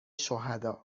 شهداء